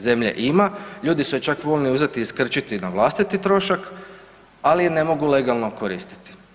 Zemlje ima, ljudi su je čak voljni uzeti i iskrčiti na vlastiti trošak, ali je ne mogu legalno koristiti.